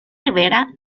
rivera